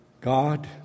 God